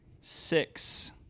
Six